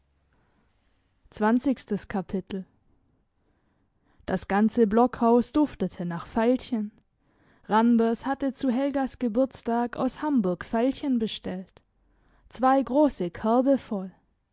das ganze blockhaus duftete nach veilchen randers hatte zu helgas geburtstag aus hamburg veilchen bestellt zwei grosse körbe voll